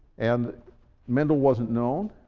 and mendel wasn't known,